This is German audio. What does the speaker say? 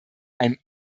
ein